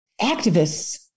activists